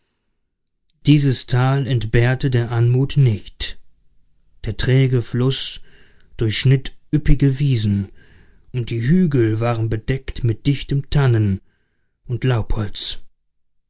dieses tal entbehrte der anmut nicht der träge fluß durchschnitt üppige wiesen und die hügel waren bedeckt mit dichtem tannen und laubholz